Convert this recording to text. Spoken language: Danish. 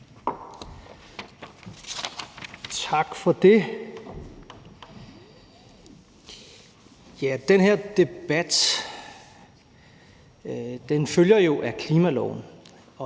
Tak for det. Den her debat følger jo af klimaloven,